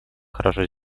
хорошо